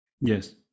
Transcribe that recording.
Yes